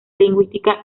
lingüística